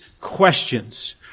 questions